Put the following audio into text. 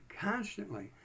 constantly